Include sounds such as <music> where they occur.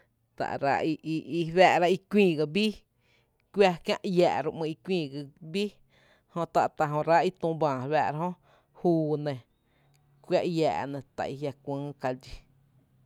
Tá’ ráá’ i <hesitation> i i fáá’ra i kuïï ga bíí: kuⱥ kiä’ iää’ ri’ ‘mý’n i kuïï ga bíí, jö tá jö ráá’ i tüü bää re fáá’ra jö, juu nɇ, kuⱥ Iää’ nɇ tá’ jiä’ <noise> ngý kali dxí.